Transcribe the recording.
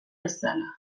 bezala